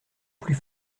plus